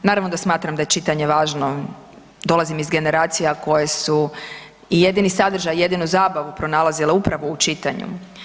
Naravno da smatram da je čitanje važno, dolazim iz generacije koje su i jedini sadržaj i jedinu zabavu pronalazile upravo u čitanju.